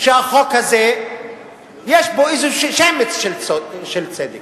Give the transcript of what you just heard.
שהחוק הזה יש בו איזה שמץ של צדק.